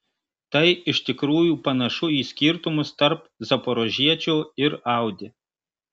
tai iš tikrųjų panašu į skirtumus tarp zaporožiečio ir audi